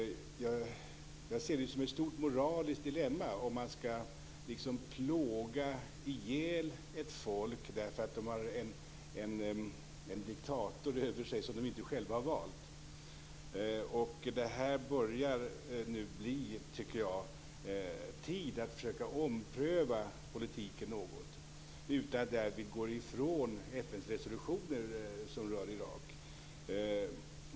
Jag ser det som ett stort moraliskt dilemma om man liksom skall plåga ihjäl ett folk därför att de har en diktator över sig som de inte själva har valt. Det börjar nu, tycker jag, bli tid att försöka ompröva politiken något - utan att därvid gå ifrån FN:s resolutioner rörande Irak.